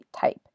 type